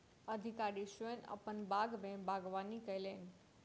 अधिकारी स्वयं अपन बाग में बागवानी कयलैन